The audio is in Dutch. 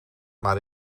maar